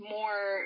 more